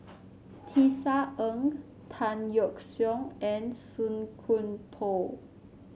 Tisa Ng Tan Yeok Seong and Song Koon Poh